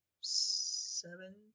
seven